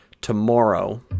tomorrow